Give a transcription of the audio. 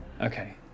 Okay